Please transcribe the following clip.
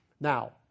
Now